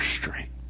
strength